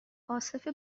عاصف